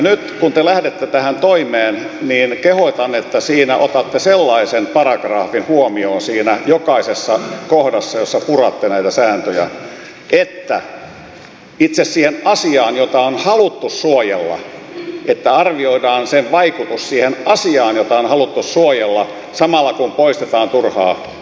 nyt kun te lähdette tähän toimeen kehotan että otatte sellaisen paragrafin huomioon jokaisessa kohdassa jossa puratte näitä sääntöjä että arvioidaan sen vaikutus itse siihen asiaan jota on haluttu suojella samalla kun poistetaan turhaa byrokratiaa